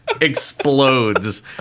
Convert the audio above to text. explodes